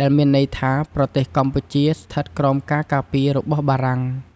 ដែលមានន័យថា ប្រទេសកម្ពុជាស្ថិតក្រោមការ ការពាររបស់បារាំង ។